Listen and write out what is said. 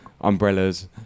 umbrellas